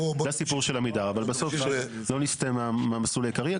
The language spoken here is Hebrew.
זה הסיפור של עמידר אבל בסוף לא נסטה מהמסלול העיקרי.